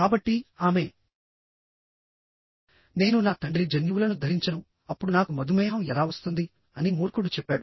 కాబట్టిఆమె నేను నా తండ్రి జన్యువులను ధరించను అప్పుడు నాకు మధుమేహం ఎలా వస్తుంది అని మూర్ఖుడు చెప్పాడు